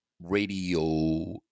Radio